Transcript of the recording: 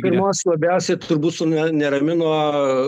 pirmos labiausiai turbūt sune neramino